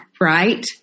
Right